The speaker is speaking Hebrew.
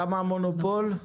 למה מונופול?